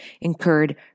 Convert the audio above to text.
incurred